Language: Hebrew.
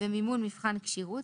ומימון מבחן כשירות,